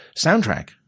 soundtrack